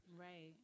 Right